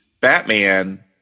Batman